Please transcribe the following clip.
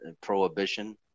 prohibition